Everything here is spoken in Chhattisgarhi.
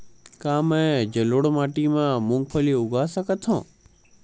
का मैं जलोढ़ माटी म मूंगफली उगा सकत हंव?